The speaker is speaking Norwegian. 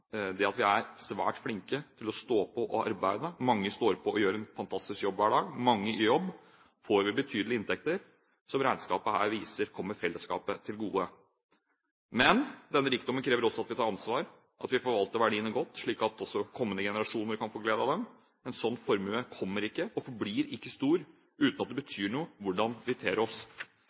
det at vi er svært flinke til å stå på og arbeide – mange står på og gjør en fantastisk jobb hver dag, og mange er i jobb – får vi betydelige inntekter, som regnskapet her viser kommer fellesskapet til gode. Men denne rikdommen krever også at vi tar ansvar, at vi forvalter verdiene godt, slik at også kommende generasjoner kan få glede av dem. En sånn formue kommer ikke – og forblir ikke stor – uten at det betyr noe hvordan vi ter oss,